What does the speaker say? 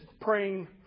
praying